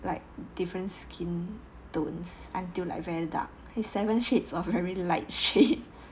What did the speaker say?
like different skin tones until like very dark it's seven shades of very light shade